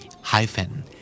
hyphen